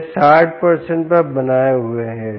यह 60 पर बनाए हुए है